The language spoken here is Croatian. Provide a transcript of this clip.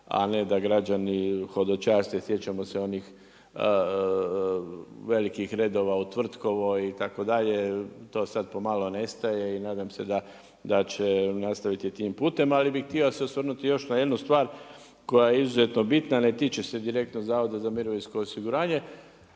a ne da građani hodočaste, sjećamo se onih velikih redova u Tvrtkovoj itd. To sada po malo nestaje i nadam se da će nastaviti tim putem, ali bih htio se osvrnuti još na jednu stvar koja je izuzetno bitna, ne tiče se direktno HZMO, ali se tiče